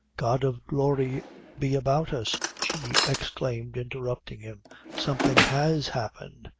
god of glory be about us! she exclaimed, interrupting him something has happened!